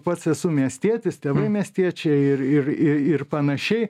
pats esu miestietis tėvai miestiečiai ir ir ir ir panašiai